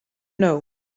know